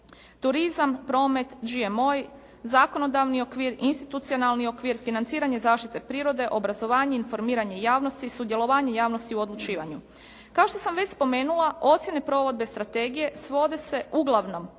turizam, promet, GMO, zakonodavni okvir, institucionalni okvir, financiranje zaštite prirode, obrazovanje i informiranje javnosti, sudjelovanje javnosti u odlučivanju. Kao što sam već spomenula ocjene provedbe strategije svode se uglavnom